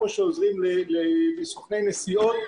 כמו שעוזרים לסוכני נסיעות,